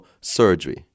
surgery